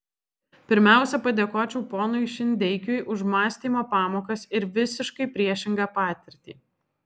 pirmiausia padėkočiau ponui šindeikiui už mąstymo pamokas ir visiškai priešingą patirtį